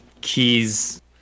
keys